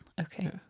okay